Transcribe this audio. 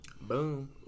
Boom